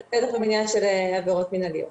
--- של עבירות מנהליות.